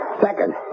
Second